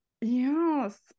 Yes